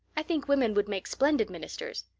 i think women would make splendid ministers.